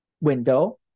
window